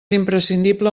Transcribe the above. imprescindible